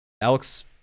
alex